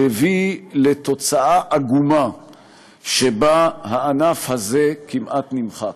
שהביא לתוצאה עגומה שהענף הזה כמעט נמחק.